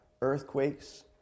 earthquakes